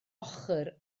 ochr